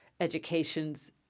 education's